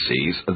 sees